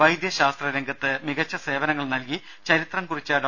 വൈദ്യശാസ്ത്രരംഗത്ത് മികച്ച സേവനങ്ങൾ നൽകി ചരിത്രം കുറിച്ച ഡോ